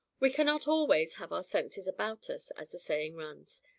we cannot always have our senses about us, as the saying runs.